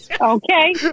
Okay